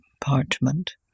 parchment